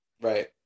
Right